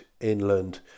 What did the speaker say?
inland